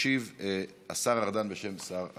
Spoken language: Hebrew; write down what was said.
ישיב השר ארדן, בשם שר החינוך.